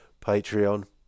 Patreon